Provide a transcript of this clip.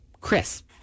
Chris